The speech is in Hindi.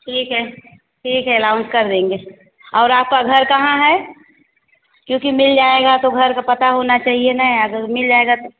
ठीक है ठीक है अलाउंस कर देंगे और आपका घर कहाँ है क्योंकि मिल जाएगा तो घर का पता होना चाहिए ना अगर मिल जाएगा